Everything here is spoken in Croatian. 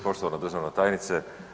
Poštovana državna tajnice.